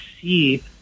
see